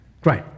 Great